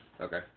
Okay